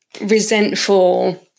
resentful